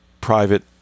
private